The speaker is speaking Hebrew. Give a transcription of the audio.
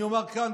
אני אומר כאן,